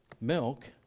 milk